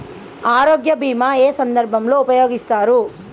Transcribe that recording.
ఆరోగ్య బీమా ఏ ఏ సందర్భంలో ఉపయోగిస్తారు?